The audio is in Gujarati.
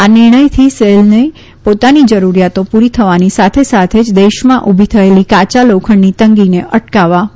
આ નિર્ણયથી સેલની પોતાની જરૂરીયાતો પુરી થવાની સાથે સાથે જ દેશમાં ઉભી થયેલી કાયા લોખંડની તંગીને અટકાવવા મદદ મળશે